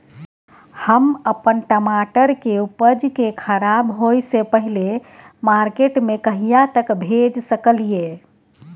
हम अपन टमाटर के उपज के खराब होय से पहिले मार्केट में कहिया तक भेज सकलिए?